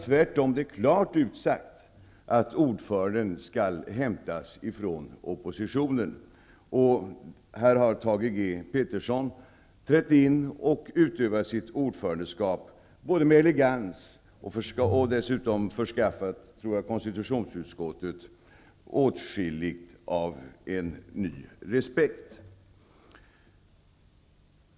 Tvärtom är det klart utsagt att ordföranden skall hämtas från oppositionen. Här har Thage G. Peterson trätt in, och han utövar sitt ordförandeskap med elegans. Dessutom tror jag att han har förskaffat konstitutionsutskottet åtskilligt i form av en ny respekt.